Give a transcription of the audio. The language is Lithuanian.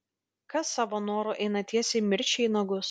kas savo noru eina tiesiai mirčiai į nagus